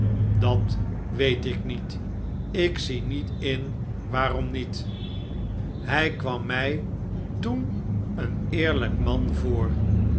dat weet ik niet ik zie niet in waarom niet hij kwam mij toen een eerlijk man voor